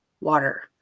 water